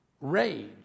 rage